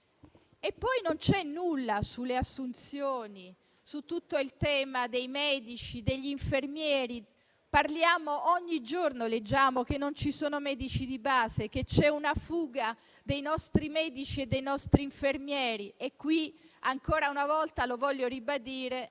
Poi non c'è nulla sulle assunzioni, su tutto il tema dei medici e degli infermieri. Ogni giorno leggiamo che non ci sono medici di base, che c'è una fuga dei nostri medici e dei nostri infermieri e qui, ancora una volta, voglio ribadire